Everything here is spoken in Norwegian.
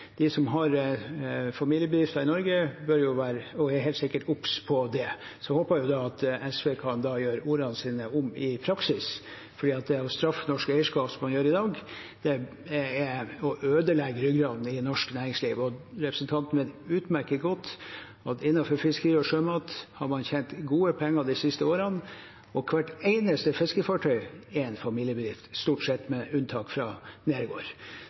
De som har familiebedrifter i Norge, bør være og er helt sikkert obs på det. Så håper jeg at SV kan gjøre ordene sine om til praksis, for det å straffe norsk eierskap, som man gjør i dag, er å ødelegge ryggraden i norsk næringsliv. Representanten vet utmerket godt at innenfor fiskeri og sjømat har man tjent gode penger de siste årene, og hvert eneste fiskefartøy er en familiebedrift, stort sett, med unntak